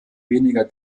weniger